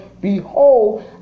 Behold